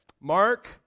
Mark